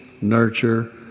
nurture